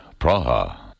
Praha